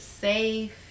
safe